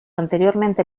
anteriormente